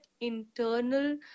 internal